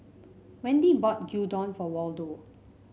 Wendi bought Gyudon for Waldo